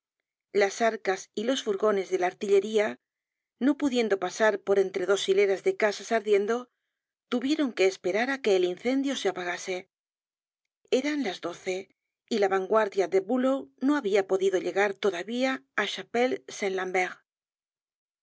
las arcas y los furgones de la artillería no pudiendo pasar por entre dos hileras de casas ardiendo tuvieron que esperar á que el incendio se apagase eran las doce y la vanguardia de bulow no habia podido llegar todavía a